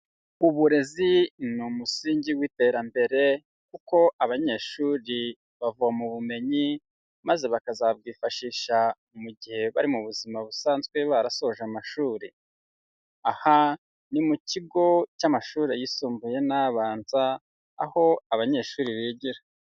Uburezi ni umusingi w'iterambere kuko abanyeshuri bavoma ubumenyi maze bakazabwifashisha mu gihe bari mu buzima busanzwe barasoje amashuri, aha ni mu kigo cy'amashuri yisumbuye n'abanza, aho abanyeshuri bigira.